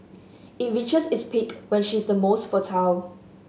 it reaches its peak when she is most fertile